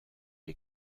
est